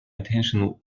attention